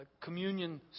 communion